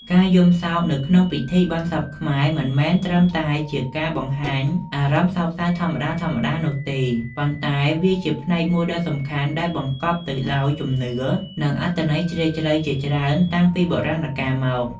ការយំសោកនៅក្នុងពិធីបុណ្យសពខ្មែរមិនមែនត្រឹមតែជាការបង្ហាញអារម្មណ៍សោកសៅធម្មតាៗនោះទេ ប៉ុន្តែវាជាផ្នែកមួយដ៏សំខាន់ដែលបង្កប់ទៅដោយជំនឿ និងអត្ថន័យជ្រាលជ្រៅជាច្រើន តាំងពីបុរាណកាលមក។